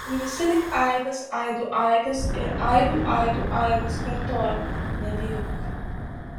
ir visi lyg aidas aidų aidas ir aidų aidų aidas kartojo nebijok